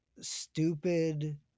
stupid